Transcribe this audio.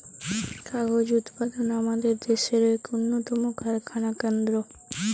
কাগজ উৎপাদন আমাদের দেশের এক উন্নতম কারখানা কেন্দ্র